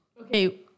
okay